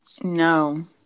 No